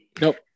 Nope